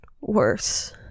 worse